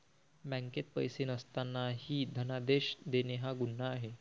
बँकेत पैसे नसतानाही धनादेश देणे हा गुन्हा आहे